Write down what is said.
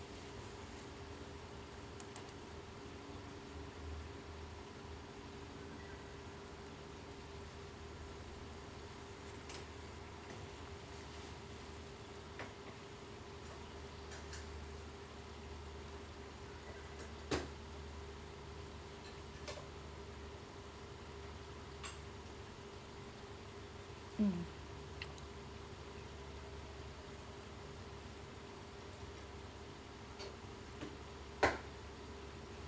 mm